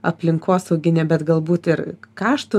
aplinkosauginę bet galbūt ir k kaštų